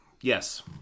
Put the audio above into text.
yes